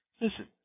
Listen